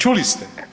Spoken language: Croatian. Čuli ste.